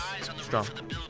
strong